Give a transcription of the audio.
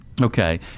Okay